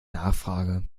nachfrage